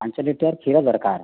ପାଞ୍ଚ ଲିଟର୍ କ୍ଷୀର ଦରକାର